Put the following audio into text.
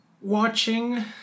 watching